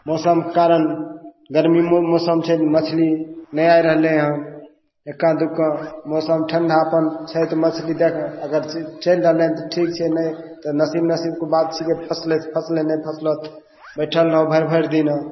मौसमके कारण गर्मीमे मौसम छै मछली नहि आबि रहलय हन एक्का दुक्का मौसम ठण्डापन छै तऽ मछली देख अगर चलि रहलय हन तऽ ठीक छै नहि तऽ नसीब नसीबके बात छिकै फसलय तऽ फसलय नहि फसलय तऽ बैठल रहु भरि भरि दिना